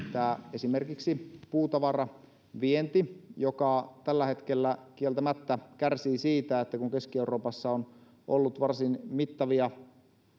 sen että esimerkiksi puutavaravientiin joka tällä hetkellä kieltämättä kärsii siitä että keski euroopassa on ollut varsin mittavia